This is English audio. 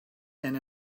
and